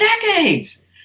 decades